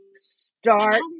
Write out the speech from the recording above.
start